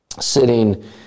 sitting